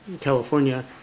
California